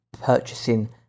purchasing